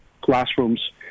classrooms